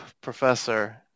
Professor –